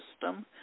system